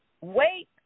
Wait